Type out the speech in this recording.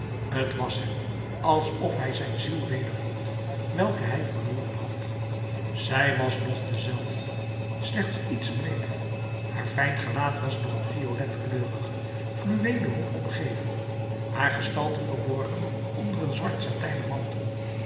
t was hem alsof hij zijn ziel wedervond welke hij verloren had zij was nog dezelfde slechts iets bleeker haar fijn gelaat was door een violetkleurigen fluweelen hoed omgeven haar gestalte verborgen onder een zwart satijnen mantel